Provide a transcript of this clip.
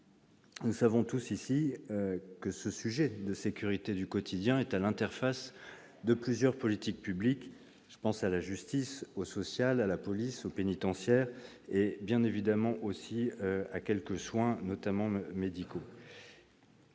Nous le savons tous ici, ce sujet de la sécurité du quotidien est à l'interface de plusieurs politiques publiques ; je pense à la justice, au domaine social, à la police, au système pénitentiaire et, bien évidemment aussi, à quelques soins médicaux.